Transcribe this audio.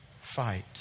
fight